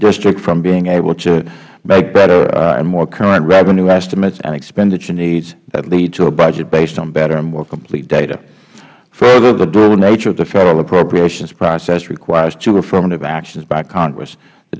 district from being able to make better and more current revenue estimates and expenditure needs that lead to a budget based on better and more complete data further the dual nature of the federal appropriations process requires two affirmative actions by congress the